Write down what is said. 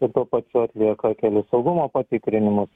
ir tuo pačiu atlieka kelių saugumo patikrinimus